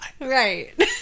Right